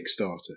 Kickstarter